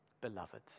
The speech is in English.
beloved